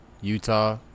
Utah